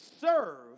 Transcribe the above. serve